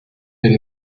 del